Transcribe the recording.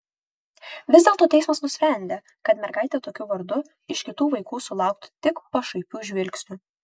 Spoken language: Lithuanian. vis dėlto teismas nusprendė kad mergaitė tokiu vardu iš kitų vaikų sulauktų tik pašaipių žvilgsnių